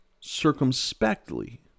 circumspectly